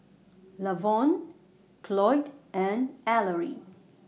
Lavon Cloyd and Ellery